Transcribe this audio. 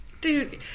Dude